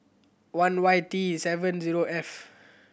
one Y T seven zero F